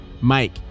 Mike